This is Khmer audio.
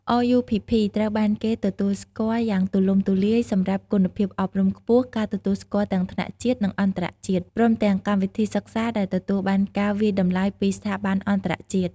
RUPP ត្រូវបានគេទទួលស្គាល់យ៉ាងទូលំទូលាយសម្រាប់គុណភាពអប់រំខ្ពស់ ការទទួលស្គាល់ទាំងថ្នាក់ជាតិ និងអន្តរជាតិ រួមទាំងកម្មវិធីសិក្សាដែលទទួលបានការវាយតម្លៃពីស្ថាប័នអន្តរជាតិ។